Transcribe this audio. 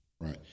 Right